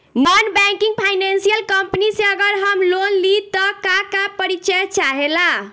Non banking financial company से अगर हम लोन लि त का का परिचय चाहे ला?